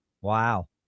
wow